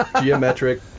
geometric